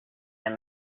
and